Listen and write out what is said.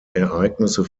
ereignisse